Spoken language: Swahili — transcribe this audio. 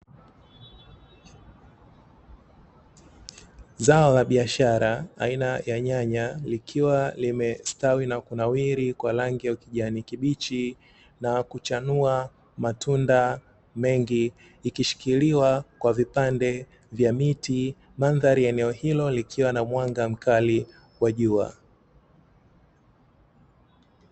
Zao la biashara aina ya nyanya likiwa limestawi na kunawiri kwa rangi ya ukijani kibichi, na kuchanua matunda mengi ikishikiliwa kwa vipande vya miti, mandhari ya eneo hilo likiwa na mwanga mkali wa jua.